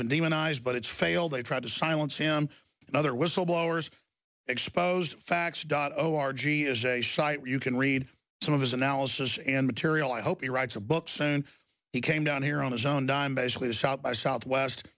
been demonized but it's failed they tried to silence him and other whistleblowers exposed facts dot o r g is a site where you can read some of his analysis and material i hope he writes a book soon he came down here on his own dime basically to south by southwest